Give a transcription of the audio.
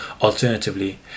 Alternatively